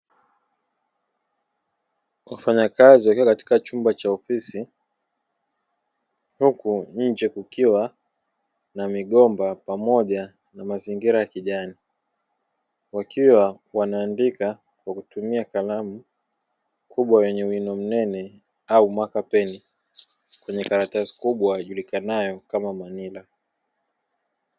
Wafanyakazi wakiwa katika chumba cha ofisi huku nje kukiwa na migomba pamoja na mazingira ya kijani, wakiwa wanaandika kwa kutumia kalamu kubwa yenye wino mnene au makapeni kwenye karatasi kubwa ijulikanayo kama manila.